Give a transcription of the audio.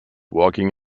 walking